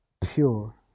pure